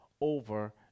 over